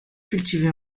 cultivé